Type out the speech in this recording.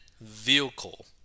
vehicle